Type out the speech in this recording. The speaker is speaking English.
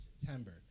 September